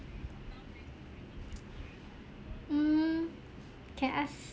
mmhmm can ask